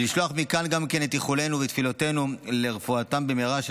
לשלוח מכאן גם כן את איחולנו ותפילותינו לרפואתם במהרה של